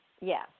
yes